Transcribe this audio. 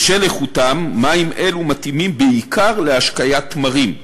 בשל איכותם, מים אלה מתאימים בעיקר להשקיית תמרים,